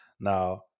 Now